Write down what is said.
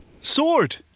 Sword